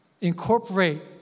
incorporate